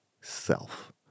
self